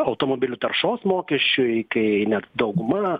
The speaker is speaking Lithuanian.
automobilių taršos mokesčiui kai net dauguma